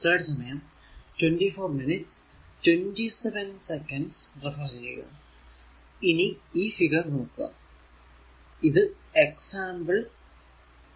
ഇനി ഈ ഫിഗർ നോക്കുക ഇത് എക്സാമ്പിൾ 17 നു ആണ്